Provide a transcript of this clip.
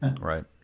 Right